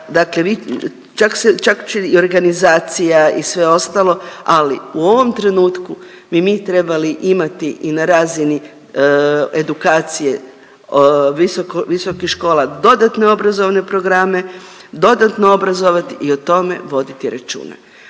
čak se, čak će i organizacija i sve ostalo ali u ovom trenutku bi mi trebali imati i na razini edukacije visokih škola, dodatne obrazovne programe, dodatno obrazovat i o tome voditi računa.